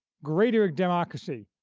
greater democracy,